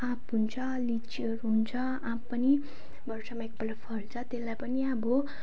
आँप हुन्छ लिचीहरू हुन्छ आँप पनि वर्षमा एक पल्ट फल्छ त्यसलाई पनि अब